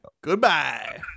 Goodbye